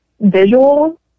visual